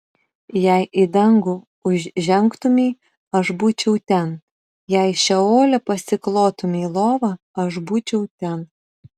jei į dangų užžengtumei aš būčiau ten jei šeole pasiklotumei lovą aš būčiau ten